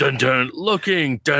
looking